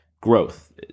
growth